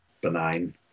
benign